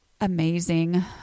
amazing